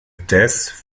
des